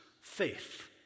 faith